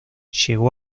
llegó